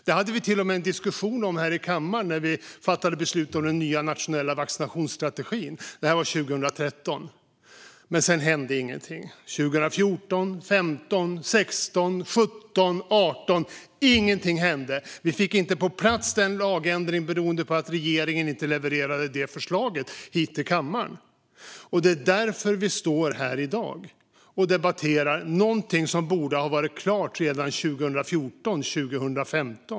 Vi hade till och med en diskussion om det här i kammaren 2013, när vi fattade beslut om den nya nationella vaccinationsstrategin. Men sedan hände ingenting. År 2014, 2015, 2016, 2017 och 2018 gick. Och ingenting hände. Vi fick inte på plats en lagändring, beroende på att regeringen inte levererade förslaget till kammaren. Därför står vi här i dag och debatterar någonting som borde ha varit klart redan 2014/2015.